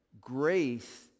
grace